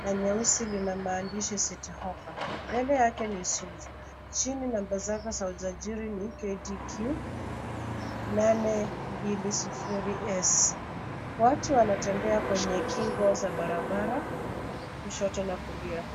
na nyeusi, lina maandishi City Hoppa, mbele yake ni Isuzu, chini namba zake za usajili ni KDQ 820S. Watu wanatembea kwenye kingo za barabara kushoto na kulia.